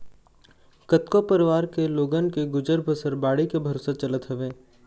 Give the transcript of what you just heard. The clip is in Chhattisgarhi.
कतको परवार के लोगन के गुजर बसर बाड़ी के भरोसा चलत हवय